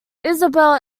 isabelle